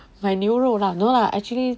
买牛肉 lah no lah actually